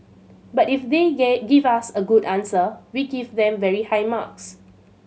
but if they give us a good answer we give them very high marks